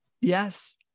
yes